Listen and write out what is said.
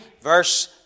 verse